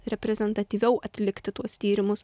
reprezentatyviau atlikti tuos tyrimus